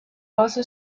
also